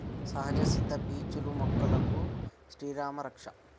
సహజ సిద్ద పీచులు మొక్కలకు శ్రీరామా రక్ష